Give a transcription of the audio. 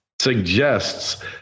suggests